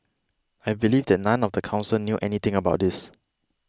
I believe that none of the council knew anything about this